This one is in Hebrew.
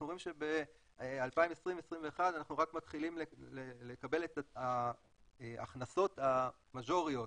אנחנו רואים שב-2021 אנחנו רק מתחילים לקבל את ההכנסות המז'וריות.